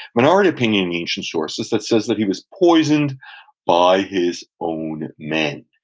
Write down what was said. minority opinion in ancient sources that says that he was poisoned by his own men,